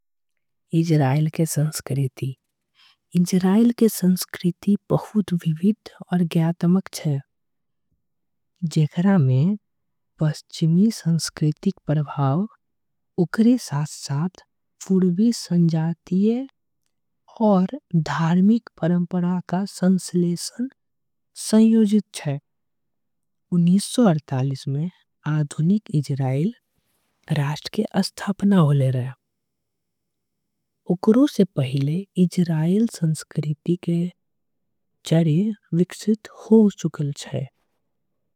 इजराइल के संस्कृति विविध आऊर ज्ञातमक छे। जेकरा में पश्चिमी संस्कृति के प्रभाव ओकर साथ। साथ पूर्वी सजातीय आऊ धार्मिक परंपरा का संश्लेषण। होय छे आधुनिक इजराइल के स्थापना होय रहले। ओकरा से पहले इजराइल के जड़े विकसित हो सके छे।